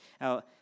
Now